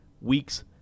weeks